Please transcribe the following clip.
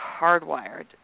hardwired